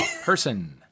person